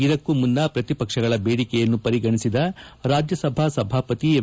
ಇದಕ್ಕೂ ಮುನ್ನ ಪ್ರತಿಪಕ್ಷಗಳ ಬೇಡಿಕೆಯನ್ನು ಪರಿಗಣಿಸಿದ ರಾಜ್ಯಸಭಾ ಸಭಾಪತಿ ಎಂ